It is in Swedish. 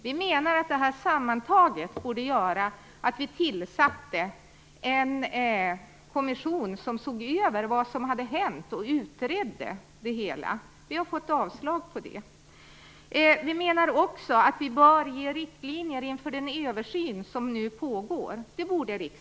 Vi menar att detta sammantaget borde göra att en kommission tillsätts som ser över vad som har hänt och utreder det hela. Vi har fått avslag på det förslaget. Vi menar också att riksdagen borde ge riktlinjer inför den översyn som nu pågår.